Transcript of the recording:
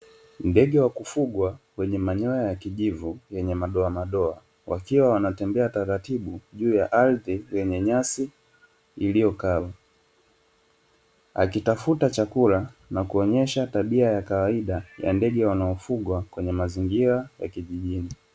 Ndege wa kufugwa wenye manyoya ua kijivu yenye madoamadoa. Wakiwa wanatembea taratibu juu ya ardhi yenye nyasi iliyo kavu. Wakitafuta chakula na kuonyesha tabia ya kawaida ya ndege wanaofugwa kwenye mazingira ya kijijini.